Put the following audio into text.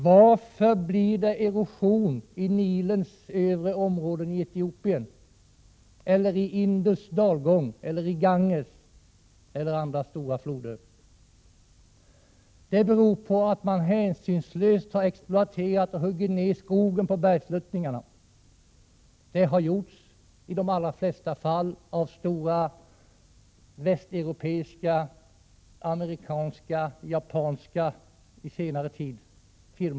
Varför blir det erosion i Nilens övre områden i Etiopien, i Indus dalgång, i Ganges och i andra stora floder? Jo, det beror på att man hänsynslöst har exploaterat och huggit ned skogen på bergssluttningarna. Det har på senare tid i de allra flesta fall gjorts av stora västeuropeiska, amerikanska och japanska företag.